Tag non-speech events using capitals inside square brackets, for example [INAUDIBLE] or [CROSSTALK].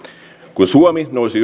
kun suomi nousi [UNINTELLIGIBLE]